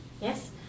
Yes